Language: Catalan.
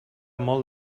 molt